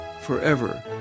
forever